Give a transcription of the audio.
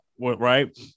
Right